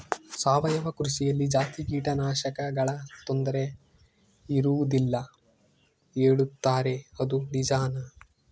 ಸಾವಯವ ಕೃಷಿಯಲ್ಲಿ ಜಾಸ್ತಿ ಕೇಟನಾಶಕಗಳ ತೊಂದರೆ ಇರುವದಿಲ್ಲ ಹೇಳುತ್ತಾರೆ ಅದು ನಿಜಾನಾ?